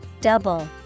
Double